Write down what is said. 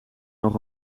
nog